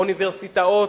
אוניברסיטאות,